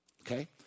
Okay